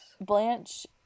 blanche